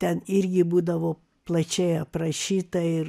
ten irgi būdavo plačiai aprašyta ir